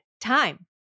time